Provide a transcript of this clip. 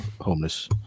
homeless